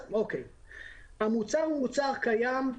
המוצר הוא מוצר קיים,